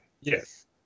Yes